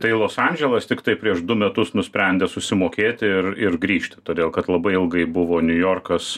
tai los andželas tiktai prieš du metus nusprendė susimokėti ir ir grįžti todėl kad labai ilgai buvo niujorkas